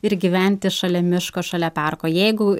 ir gyventi šalia miško šalia parko jeigu